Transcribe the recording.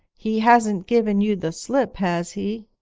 he hasn't given you the slip, has he